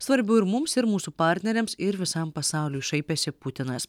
svarbiu ir mums ir mūsų partneriams ir visam pasauliui šaipėsi putinas